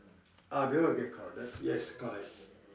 ah because it will get crowded yes correct